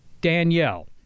Danielle